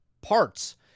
parts